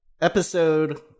episode